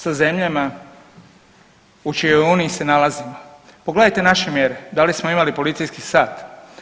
Sa zemljama u čijoj Uniji se nalazimo, pogledajte naše mjere, da li smo imali policijski sat?